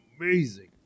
amazing